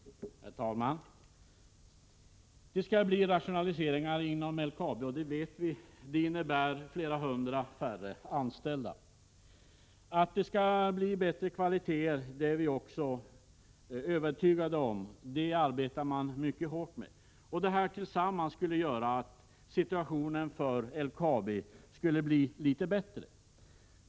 Herr talman! Det skall bli rationaliseringar inom LKAB, och vi vet att det innebär flera hundra färre anställda. Att det skall bli bättre kvaliteter är vi också övertygade om — det arbetar man mycket hårt med. Det här tillsammans skulle göra att situationen för LKAB blev litet bättre.